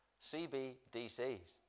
CBDCs